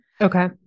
Okay